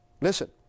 Listen